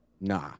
Nah